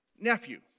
nephew